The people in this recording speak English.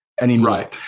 anymore